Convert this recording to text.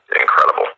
incredible